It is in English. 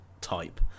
type